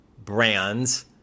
brands